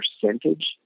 percentage